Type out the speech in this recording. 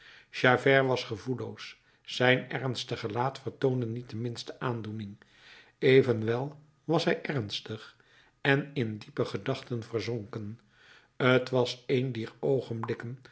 javert was gevoelloos zijn ernstig gelaat vertoonde niet de minste aandoening evenwel was hij ernstig en in diepe gedachten verzonken t was een dier oogenblikken